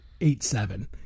eight-seven